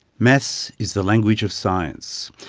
maths is the language of science.